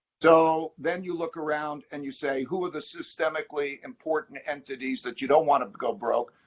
so then you look around and you say, who are the systemically important entities that you don't want to go broke?